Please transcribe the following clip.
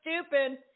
stupid